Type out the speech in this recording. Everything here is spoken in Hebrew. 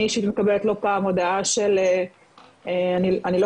אני אישית מקבלת לא פעם הודעה של אני לא